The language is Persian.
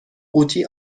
قوطی